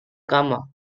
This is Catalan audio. cama